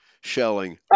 shelling